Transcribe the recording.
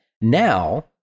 Now